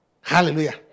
Hallelujah